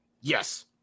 yes